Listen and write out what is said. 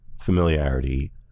familiarity